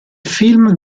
film